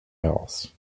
else